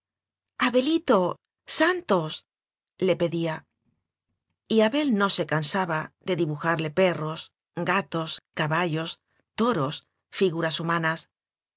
abelito santos le pedía y abel no se canh saba de dibujarle perros gatos caballos to ros figuras humanas